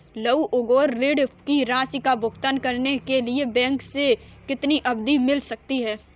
लघु उद्योग ऋण की राशि का भुगतान करने के लिए बैंक से कितनी अवधि मिल सकती है?